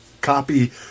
copy